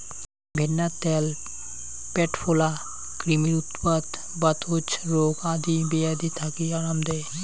ভেন্নার ত্যাল প্যাট ফোলা, ক্রিমির উৎপাত, বাতজ রোগ আদি বেয়াধি থাকি আরাম দেই